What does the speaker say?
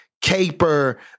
caper